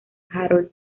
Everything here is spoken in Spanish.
harold